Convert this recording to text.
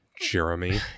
Jeremy